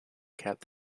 kept